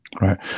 Right